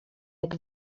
jak